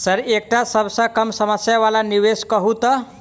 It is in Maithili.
सर एकटा सबसँ कम समय वला निवेश कहु तऽ?